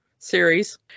series